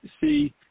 see